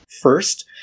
First